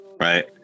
right